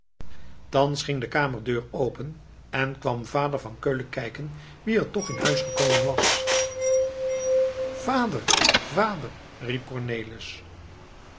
thans ging de kamerdeur open en kwam vader van keulen kijken wie er toch in huis gekomen was vader vader